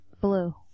blue